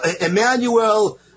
Emmanuel